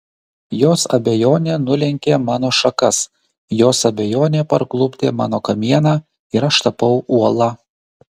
jos abejonė nulenkė mano šakas jos abejonė parklupdė mano kamieną ir aš tapau uola